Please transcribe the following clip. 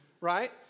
right